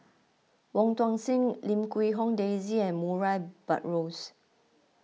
Wong Tuang Seng Lim Quee Hong Daisy and Murray Buttrose